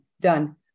done